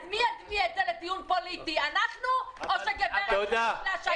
אז מי הביא את זה לדיון פוליטי אנחנו או גברת הילה שי וזאן?